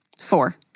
Four